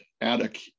attic